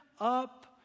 up